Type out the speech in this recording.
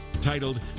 titled